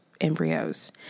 embryos